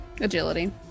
Agility